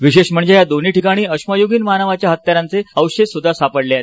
विशेष म्हणजे या दोन्ही ठिकाणी अश्मयुगीन मानवाच्या हत्यारांचे अवशेषही सापडले आहेत